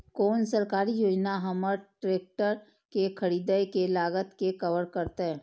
कोन सरकारी योजना हमर ट्रेकटर के खरीदय के लागत के कवर करतय?